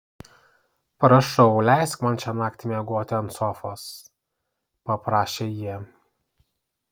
prašau leisk man šiąnakt miegoti ant sofos paprašė ji